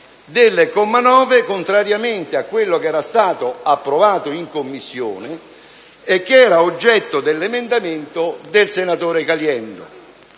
del comma 9, contrariamente a quello che era stato approvato in Commissione e che era oggetto dell'emendamento del senatore Caliendo.